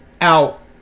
out